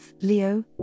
Leo